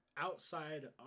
Outside